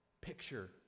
picture